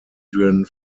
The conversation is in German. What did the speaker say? adrian